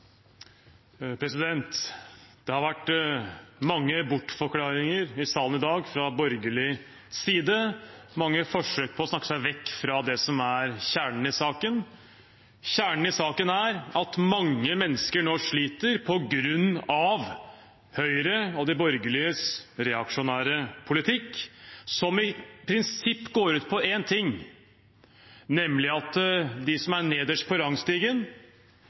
Det har vært mange bortforklaringer i salen i dag fra borgerlig side, mange forsøk på å snakke seg vekk fra det som er kjernen i saken. Kjernen i saken er at mange mennesker nå sliter på grunn av Høyre og de borgerliges reaksjonære politikk, som i prinsippet går ut på én ting, nemlig at de som er nederst på rangstigen,